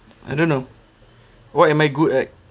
I don't know what am I good at